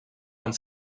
when